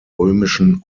römischen